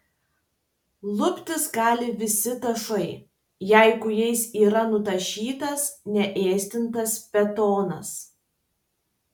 luptis gali visi dažai jeigu jais yra nudažytas neėsdintas betonas